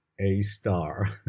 A-star